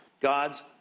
God's